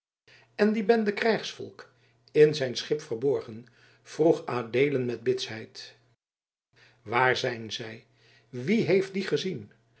en die bende krijgsvolk in zijn schip verborgen vroeg adeelen met bitsheid waar zijn zij wie heeft die gezien